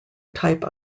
type